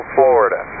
Florida